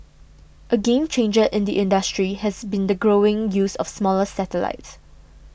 a game changer in the industry has been the growing use of smaller satellites